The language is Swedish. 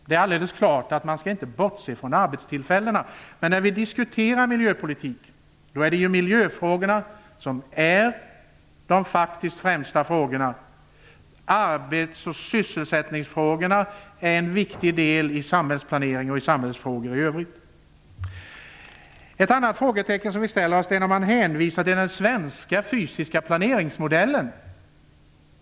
Det är alldeles klart att man inte skall bortse från arbetstillfällena, men när vi diskuterar miljöpolitik är det ju miljöfrågorna som faktiskt är de främsta frågorna. Arbets och sysselsättningsfrågorna är en viktig del i samhällsplanering och samhällsfrågor i övrigt. Ett annat frågetecken är att man hänvisar till den svenska fysiska planeringsmodellen.